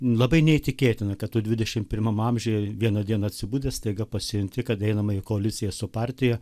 labai neįtikėtina kad tu dvidešimt pirmam amžiuje vieną dieną atsibudęs staiga pasijunti kad einama į koaliciją su partija